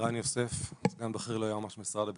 ערן יוסף, סגן בכיר ליועמ"ש משרד הביטחון.